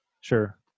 Sure